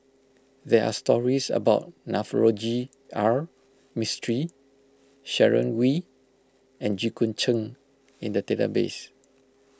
there are stories about Navroji R Mistri Sharon Wee and Jit Koon Ch'ng in the database